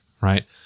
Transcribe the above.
right